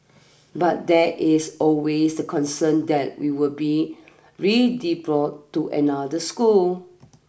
but there is always a concern that we will be redeployed to another school